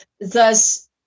thus